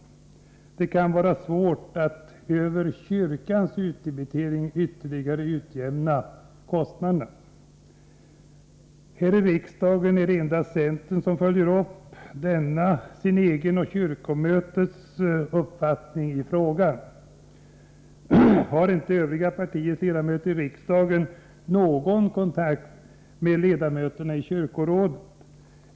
— ändamål Det kan vara svårt att över kyrkans utdebitering ytterligare utjämna kostnaderna. Här i riksdagen är det endast centern som följer upp denna sin egen men också kyrkomötets uppfattning. Har inte övriga partiers ledamöter i riksdagen någon kontakt med ledamöterna i kyrkomötet?